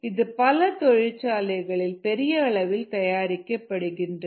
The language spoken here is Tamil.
இது பல தொழிற்சாலைகளில் பெரிய அளவில் தயாரிக்கப்படுகிறது